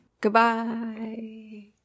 Goodbye